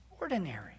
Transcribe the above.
Ordinary